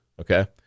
Okay